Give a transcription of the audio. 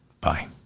Bye